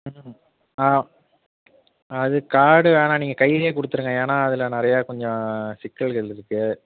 அது கார்டு வேணா நீங்கள் கையிலே கொடுத்துருங்க ஏன்னா அதில் நிறையா கொஞ்சம் சிக்கல்கள் இருக்கு